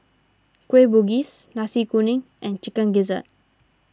Kueh Bugis Nasi Kuning and Chicken Gizzard